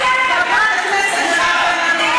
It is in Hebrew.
שלך, חברת הכנסת מירב בן ארי.